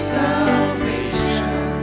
salvation